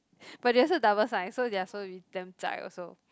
but they also double science so they'll supposed to be damn also